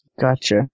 Gotcha